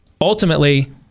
ultimately